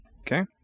Okay